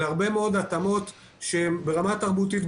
אלה הרבה מאוד התאמות שהן ברמה תרבותית,